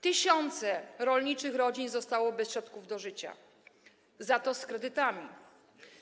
Tysiące rolniczych rodzin zostało bez środków do życia, za to z kredytami.